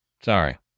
Sorry